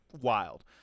wild